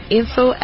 info